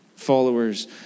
Followers